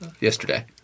yesterday